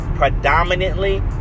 Predominantly